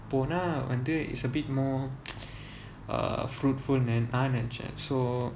போனா வந்து:ponaa vanthu it's a bit more err fruitful னு தான் நினச்சேன்:nu thaan ninachen so